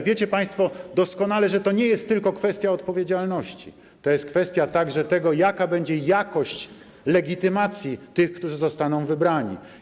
Wiedzą Państwo doskonale, że to nie jest tylko kwestia odpowiedzialności, to jest kwestia także tego, jaka będzie jakość legitymacji tych, którzy zostaną wybrani.